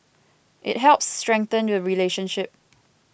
it helps strengthen the relationship